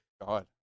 God